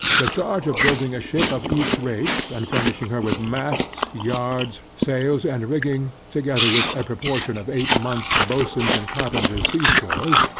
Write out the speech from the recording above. the charge of building a ship of each rate, and furnishing her with masts, yards, sails and rigging, together with a proportion of eight months boatswain's and carpenter's sea-stores,